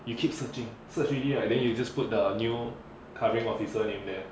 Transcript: you keep searching search already right you just put the new covering officer name there